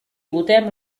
votem